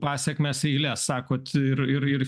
pasekmes eiles sakot ir ir ir